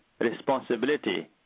responsibility